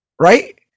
right